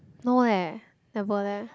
no leh never leh